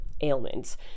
ailments